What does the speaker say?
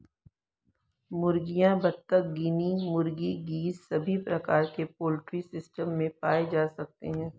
मुर्गियां, बत्तख, गिनी मुर्गी, गीज़ सभी प्रकार के पोल्ट्री सिस्टम में पाए जा सकते है